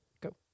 go